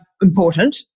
important